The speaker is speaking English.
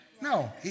No